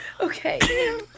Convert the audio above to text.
Okay